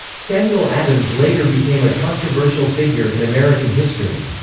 samuel adams later became a controversial figure in american history.